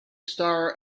star